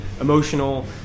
emotional